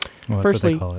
Firstly